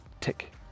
tick